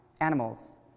animals